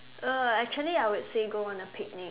uh actually I would say go on a picnic